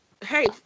Hey